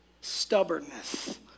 stubbornness